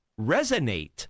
resonate